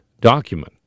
document